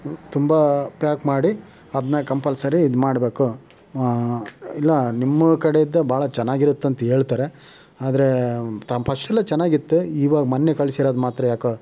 ತುಂಬ ಪ್ಯಾಕ್ ಮಾಡಿ ಅದನ್ನ ಕಂಪಲ್ಸರಿ ಇದ್ಮಾಡಬೇಕು ಇಲ್ಲ ನಿಮ್ಮ ಕಡೆದು ಭಾಳ ಚೆನ್ನಾಗಿರುತ್ತಂತೇಳ್ತರೆ ಆದರೆ ತಮ್ಮ ಫಸ್ಟೆಲ್ಲ ಚೆನ್ನಾಗಿತ್ತು ಇವಾಗ ಮೊನ್ನೆ ಕಳಿಸಿರೋದು ಮಾತ್ರ ಯಾಕೋ